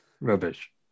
rubbish